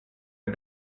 are